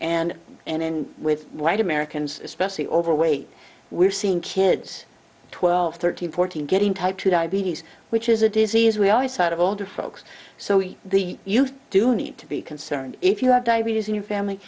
and and in with white americans especially overweight we're seeing kids twelve thirteen fourteen getting type two diabetes which is a disease we always thought of older folks so we the you do need to be concerned if you have diabetes in your family